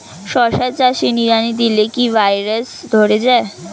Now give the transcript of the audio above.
শশা চাষে নিড়ানি দিলে কি ভাইরাস ধরে যায়?